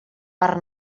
per